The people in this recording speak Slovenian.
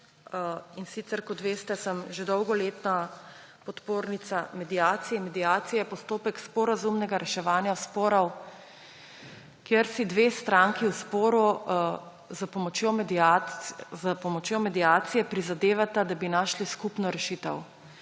mediacije. Kot veste, sem že dolga leta podpornica mediacij; mediacije, postopka sporazumnega reševanja sporov, kjer si dve stranki v sporu s pomočjo mediacije prizadevata, da bi našli skupno rešitev.